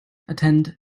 attend